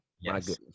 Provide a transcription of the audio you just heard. Yes